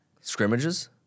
Scrimmages